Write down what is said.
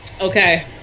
okay